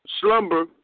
slumber